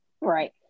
Right